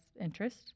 interest